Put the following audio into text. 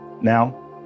Now